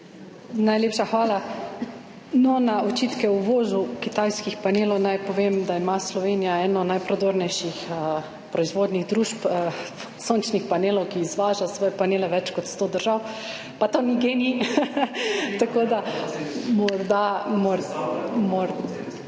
Najlepša hvala. Na očitke o uvozu kitajskih panelov naj povem, da ima Slovenija eno najprodornejših proizvodnih družb sončnih panelov, ki izvaža svoje panele v več kot 100 držav, pa to ni GEN-I. Tako da …